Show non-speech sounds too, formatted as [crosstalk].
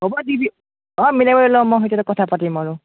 হ'ব দিবি অঁ মিলাই লৈ ল'ম মই সেই [unintelligible] কথা পাতিম আৰু